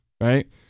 right